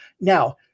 Now